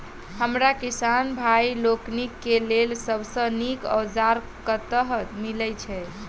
हमरा किसान भाई लोकनि केँ लेल सबसँ नीक औजार कतह मिलै छै?